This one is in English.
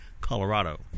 Colorado